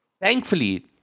thankfully